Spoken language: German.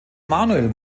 manuel